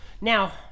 Now